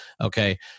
Okay